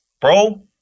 Bro